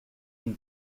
une